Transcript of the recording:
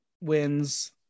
wins